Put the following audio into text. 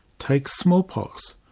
take smallpox.